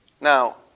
Now